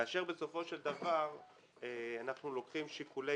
כאשר בסופו של דבר אנחנו לוקחים שיקולי